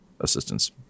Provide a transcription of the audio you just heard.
assistance